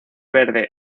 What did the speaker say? verde